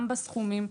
גם בסכומים.